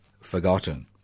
forgotten